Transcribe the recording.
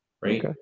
Right